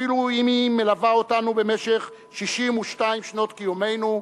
אפילו אם היא מלווה אותנו במשך 62 שנות קיומנו,